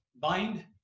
Bind